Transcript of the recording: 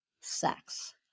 sex